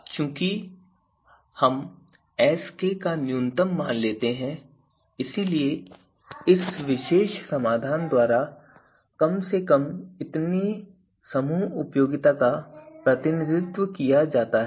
चूँकि हम Sk का न्यूनतम मान लेते हैं इसलिए इस विशेष समाधान द्वारा कम से कम इतनी समूह उपयोगिता का प्रतिनिधित्व किया जाएगा